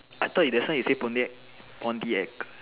I thought you say Pound Pon D X